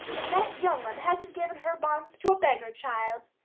if that young'un hasn't given her buns to a beggar-child!